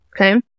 okay